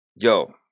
Yo